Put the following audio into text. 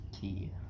key